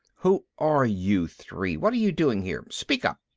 who are you three? what are you doing here? speak up.